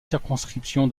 circonscription